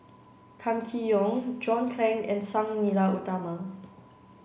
kam Kee Yong John Clang and Sang Nila Utama